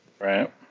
Right